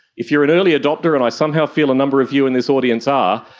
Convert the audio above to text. if you are an early adopter, and i somehow feel a number of you in this audience are,